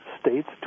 states